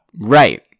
Right